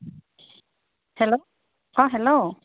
hello অঁ hello